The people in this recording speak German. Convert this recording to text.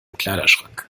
kleiderschrank